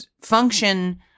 function